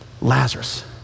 Lazarus